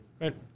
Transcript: right